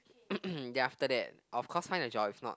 ya after that of course find a job if not